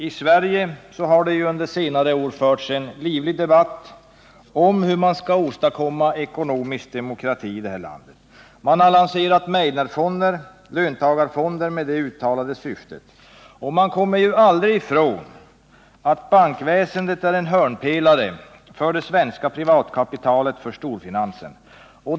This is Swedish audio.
I Sverige har det under senare år förts en livlig debatt om hur man skall åstadkomma ekonomisk demokrati. Man har lanserat Meidnerfonder, löntagarfonder med det uttalade syftet. Och man kommer aldrig ifrån att bankväsendet är en hörnpelare för det svenska privatkapitalet, för storfinansen.